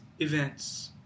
events